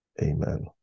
Amen